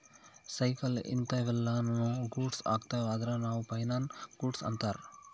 cycle ಇಂತವೆಲ್ಲ ನು goods ಅಗ್ತವ ಅದ್ರ ಅವು ಫೈನಲ್ ಗೂಡ್ಸ್ ಅಂತರ್